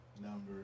Number